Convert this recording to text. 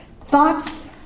Thoughts